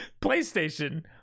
PlayStation